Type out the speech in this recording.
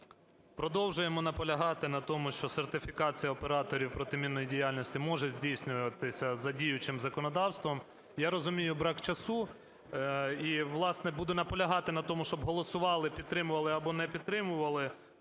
Продовжуємо наполягати на тому, що сертифікація операторів протимінної діяльності може здійснюватися за діючим законодавством. Я розумію, брак часу і, власне, буду наполягати на тому, щоб голосували, підтримували або не підтримували